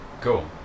Cool